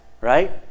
right